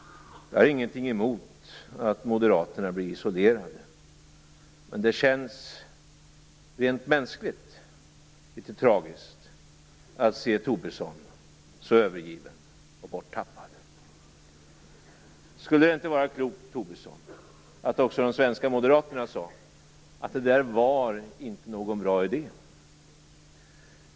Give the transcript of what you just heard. Jag har ingenting emot att Moderaterna blir isolerade. Men det känns rent mänskligt litet tragiskt att se Tobisson så övergiven och borttappad. Skulle det inte vara klokt, Tobisson, att också de svenska moderaterna sade att det inte var någon bra idé?